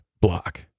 block